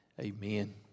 amen